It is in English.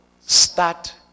start